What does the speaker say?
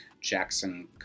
Jackson